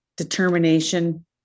Determination